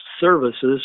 services